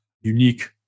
unique